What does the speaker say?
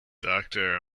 doctor